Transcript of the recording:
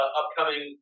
upcoming